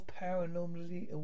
paranormally